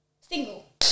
single